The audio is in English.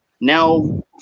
now